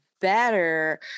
Better